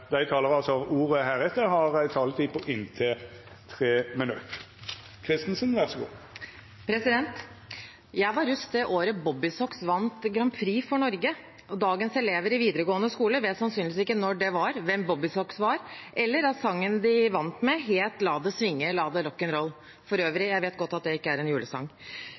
som heretter får ordet, har ei taletid på inntil 3 minutt. Jeg var russ det året Bobbysocks vant Melodi Grand Prix for Norge. Dagens elever i videregående skole vet sannsynligvis ikke når det var, og hvem Bobbysocks var, eller at sangen de vant med, het «La det swinge, la det rock and roll». Jeg vet for øvrig godt at det ikke er en julesang.